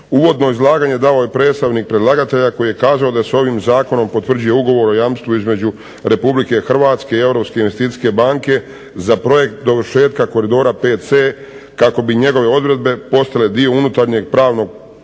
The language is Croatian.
Uvodno izlaganje dao je predstavnik predlagatelja koji je kazao da se ovim zakonom potvrđuje ugovor o jamstvu između Republike Hrvatske i Europske investicijske banke za projekt dovršetka koridora VC kako bi njegove odredbe postale dio unutarnjeg pravnog poretka